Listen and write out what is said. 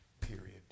period